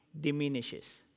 diminishes